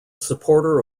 supporter